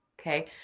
Okay